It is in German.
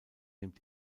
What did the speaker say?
nimmt